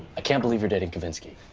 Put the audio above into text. ah can't believe you're dating kavinsky.